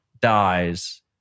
dies